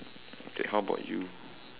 okay how about you